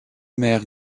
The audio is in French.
maire